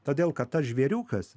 todėl kad tas žvėriukas